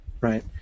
right